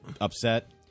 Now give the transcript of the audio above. upset